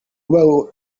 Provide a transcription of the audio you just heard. uba